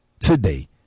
Today